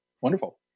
Wonderful